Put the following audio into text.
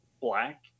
black